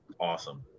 awesome